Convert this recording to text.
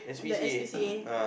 the S_P_C_A